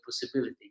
possibility